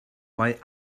mae